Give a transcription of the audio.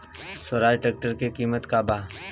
Swaraj tractor के किमत का बा?